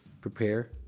prepare